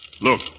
Look